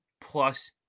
plus